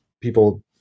people